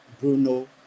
Bruno